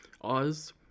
Oz